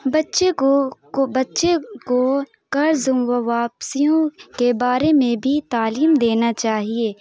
بچّے کو کو بچّے کو قرض واپسیوں کے بارے میں بھی تعلیم دینا چاہیے